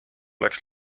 läks